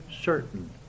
certain